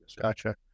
Gotcha